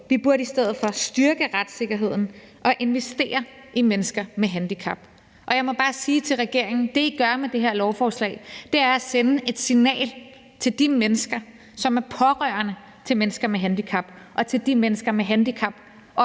Vi burde i stedet for styrke retssikkerheden og investere i mennesker med handicap. Jeg må bare sige til regeringen: Det, I gør med det her lovforslag, er at sende et signal til de mennesker, som er pårørende til mennesker med handicap, og til de mennesker med handicap